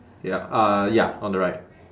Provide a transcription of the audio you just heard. ya uh ya on the right